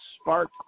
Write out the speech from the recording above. Spark